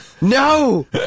no